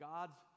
God's